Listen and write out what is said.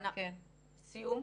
סיום.